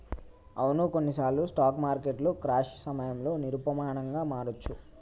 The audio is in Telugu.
అవును కొన్నిసార్లు స్టాక్ మార్కెట్లు క్రాష్ సమయంలో నిరూపమానంగా మారొచ్చు